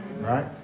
right